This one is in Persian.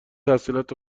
تحصیلات